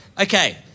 okay